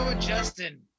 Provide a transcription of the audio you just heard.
Justin